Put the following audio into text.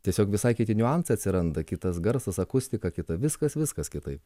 tiesiog visai kiti niuansai atsiranda kitas garsas akustika kita viskas viskas kitaip